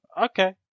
okay